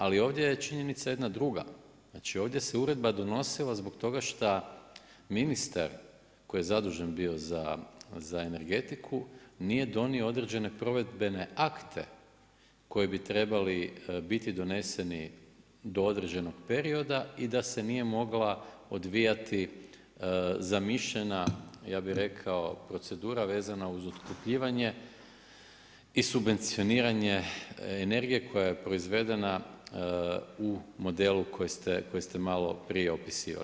Ali ovdje je činjenica jedna druga, znači ovdje se uredba donosila zbog toga šta ministar koji je zadužen bio za energetiku nije donio određene provedbe akte koje bi trebali biti doneseni do određenog perioda i da se nije mogla odvijati zamišljena procedura vezana uz otkupljivanje i subvencioniranje energije koja je proizvedena u modelu koji ste malo prije opisivali.